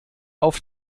auf